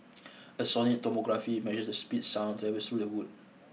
a sonic tomography measures the speed sound travel through the wood